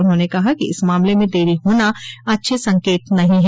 उन्होंने कहा कि इस मामले में देरी होना अच्छे संकेत नहीं है